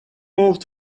moved